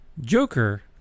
Joker